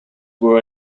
were